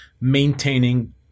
maintaining